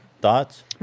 thoughts